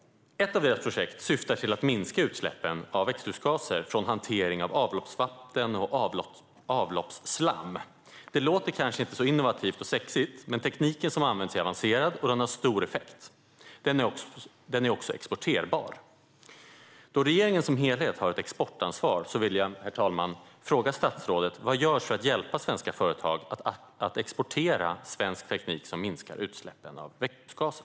Ett av deras projekt syftar till att minska utsläppen av växthusgaser från hantering av avloppsvatten och avloppsslam. Det låter kanske inte så innovativt och sexigt, men tekniken som används är avancerad och har stor effekt. Den är också exporterbar. Herr talman! Då regeringen som helhet har ett exportansvar vill jag fråga statsrådet vad som görs för att hjälpa svenska företag att exportera svensk teknik som minskar utsläppen av växthusgaser.